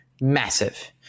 massive